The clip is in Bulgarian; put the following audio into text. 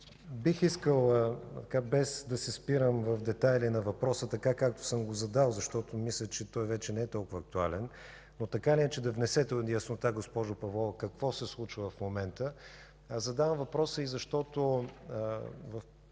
по него. Без да се спирам в детайли по въпроса така, както съм го задал, защото мисля, че вече не е толкова актуален, но бих искал да внесете яснота, госпожо Павлова, какво се случва в момента. Задавам въпроса и защото в